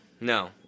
No